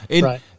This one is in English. right